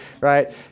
right